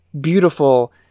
beautiful